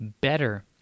better